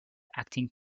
acting